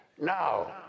Now